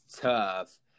tough